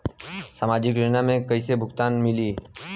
सामाजिक योजना से कइसे भुगतान मिली?